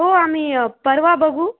हो आम्ही अ परवा बघू